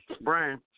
Brian